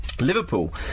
Liverpool